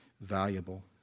valuable